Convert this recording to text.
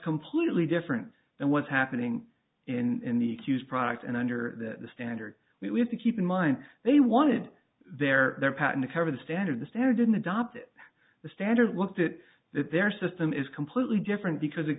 completely different than what's happening in the accused product and under the standard we have to keep in mind they wanted their their patent to cover the standard the standard didn't adopt the standard looked at that their system is completely different because it